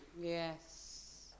Yes